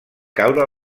caure